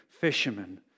fishermen